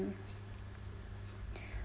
um